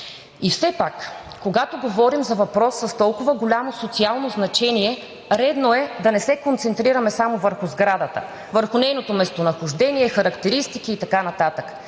И все пак, когато говорим за въпрос с толкова голямо социално значение, редно е да не се концентрираме само върху сградата, върху нейното местонахождение, характеристики и така нататък.